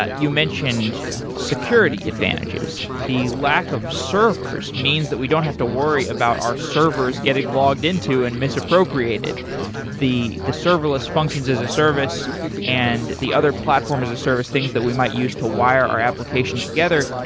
you mentioned security advantages. the lack of servers means that we don't have to worry about our servers getting logged into and misappropriate it the the serverless functions as a service and the other platform as a service, things that we might use to wire our application together,